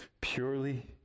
Purely